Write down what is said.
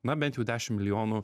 na bent jau dešim milijonų